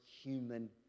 human